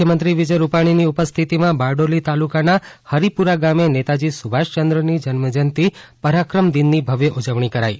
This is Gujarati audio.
મુખ્યમંત્રી વિજય રૂપાણીની ઉપસ્થિતિમાં બારડોલી તાલુકાના હરિપુરા ગામે નેતાજી સુભાષચંદ્રની જન્મજયંતિ પરાક્રમ દિન ની ભવ્ય ઉજવણી કરાઇ